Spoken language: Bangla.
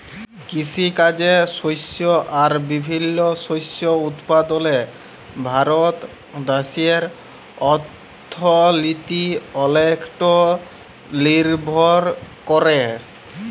কিসিকাজে শস্য আর বিভিল্ল্য শস্য উৎপাদলে ভারত দ্যাশের অথ্থলিতি অলেকট লিরভর ক্যরে